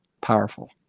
powerful